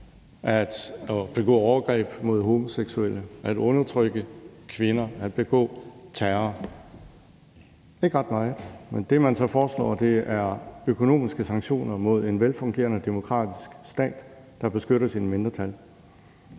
at begå overgreb mod homoseksuelle, at undertrykke kvinder og at begå terror? Ikke ret meget – med det, man så foreslår, er økonomiske sanktioner mod en velfungerende demokratisk stat, der beskytter sine mindretal.